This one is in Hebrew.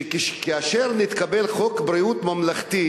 שמאז התקבל חוק ביטוח בריאות ממלכתי,